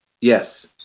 Yes